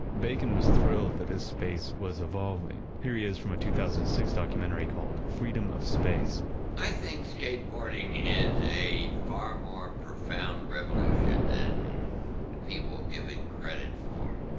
bacon was thrilled that his space was evolving. here he is from a two thousand and six documentary called freedom of space i think skateboarding is a far more profound revolution than people give it credit for.